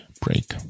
break